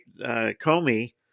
Comey